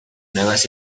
nuevas